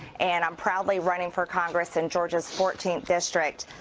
and i'm proudly running for congress in georgia's fourteenth district.